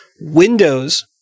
Windows